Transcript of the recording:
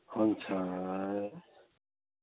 हुन्छ